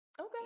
okay